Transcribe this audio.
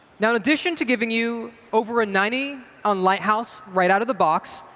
now in addition to giving you over a ninety on lighthouse right out of the box,